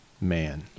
man